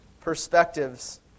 perspectives